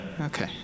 Okay